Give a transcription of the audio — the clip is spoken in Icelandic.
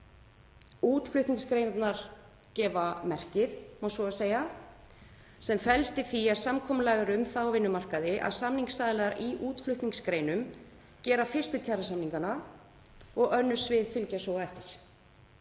Útflutningsgreinarnar gefa merki, ef svo má segja, sem felst í því að samkomulag er um það á vinnumarkaði að samningsaðilar í útflutningsgreinum gera fyrstu kjarasamningana og önnur svið fylgja svo á eftir.